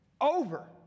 over